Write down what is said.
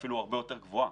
ואפילו הרבה יותר גבוהה.